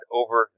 over